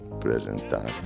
presentar